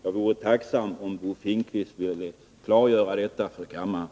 Jag vore tacksam om Bo Finnkvist ville klargöra detta för kammaren.